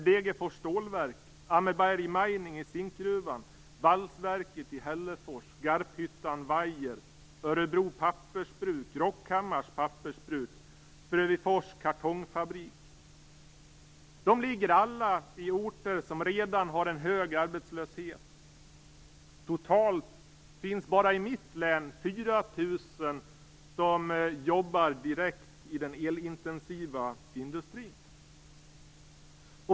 Det är Degerfors stålverk, De ligger alla på orter som redan har en hög arbetslöshet. Totalt jobbar bara i mitt län 4 000 direkt i den elintensiva industrin.